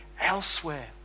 elsewhere